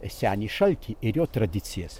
senį šaltį ir jo tradicijas